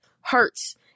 hurts